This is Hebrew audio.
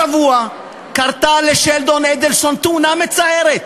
השבוע קרתה לשלדון אדלסון תאונה מצערת.